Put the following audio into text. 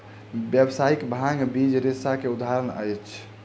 व्यावसायिक भांग बीज रेशा के उदाहरण अछि